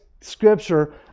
scripture